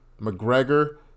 McGregor